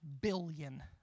Billion